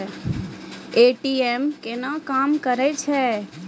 ATM केना काम करै छै?